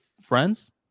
friends